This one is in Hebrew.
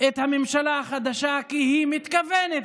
את הממשלה החדשה כי היא מתכוונת,